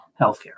healthcare